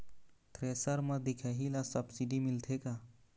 Thresher म दिखाही ला सब्सिडी मिलथे का?